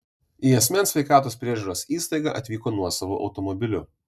į asmens sveikatos priežiūros įstaigą atvyko nuosavu automobiliu